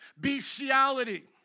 bestiality